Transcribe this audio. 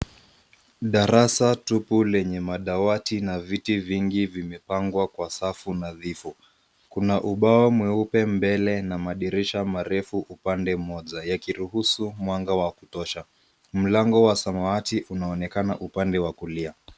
Darasa tupu lenye madawati na viti vingi vimepangwa kwa safu nadhifu. Kuna ubao mweupe mbele na madirisha marefu upande mmoja yakiruhusu mwanga wa kutosha. Mlango wa samawati unaonekana upande wa kulia.